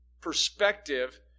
perspective